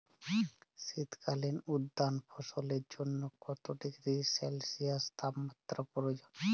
শীত কালীন উদ্যান ফসলের জন্য কত ডিগ্রী সেলসিয়াস তাপমাত্রা প্রয়োজন?